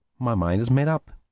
my mind is made up.